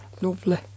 Lovely